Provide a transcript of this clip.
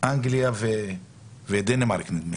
אנגלייה ודנמרק.